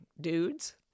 dudes